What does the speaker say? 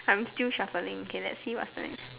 I am still shuffling okay lets see what the next